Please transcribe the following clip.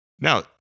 Now